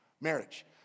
Marriage